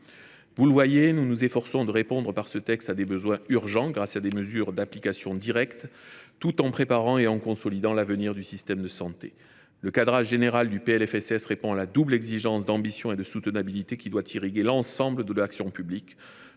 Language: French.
les sénateurs, nous nous efforçons de répondre par ce texte à des besoins urgents grâce à des mesures d’application directe, tout en préparant et en consolidant l’avenir du système de santé. Le cadrage général du PLFSS répond à la double exigence d’ambition et de soutenabilité qui doit irriguer l’ensemble de l’action publique.